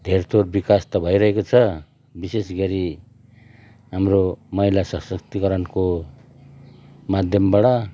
धेरथोर विकास त भइरहेको छ बिशेष गरी हाम्रो महिला सशक्तीकरणको माध्यमबाट